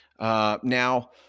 Now